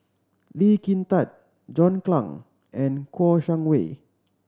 Lee Kin Tat John Clang and Kouo Shang Wei